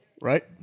right